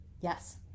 Yes